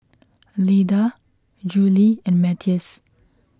Leda Julie and Matthias